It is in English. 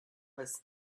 was